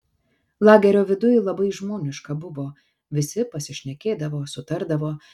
lagerio viduj labai žmoniška buvo visi pasišnekėdavo sutardavo